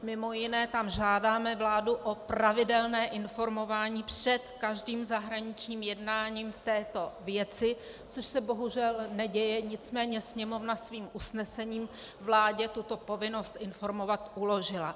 Mimo jiné tam žádáme vládu o pravidelné informování před každým zahraničním jednáním v této věci, což se bohužel neděje, nicméně Sněmovna svým usnesením vládě tuto povinnost informovat uložila.